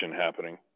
happening